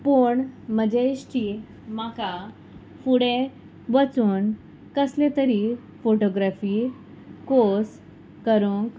पूण म्हजे इश्टीन म्हाका फुडें वचून कसले तरी फोटोग्राफी कोर्स करूंक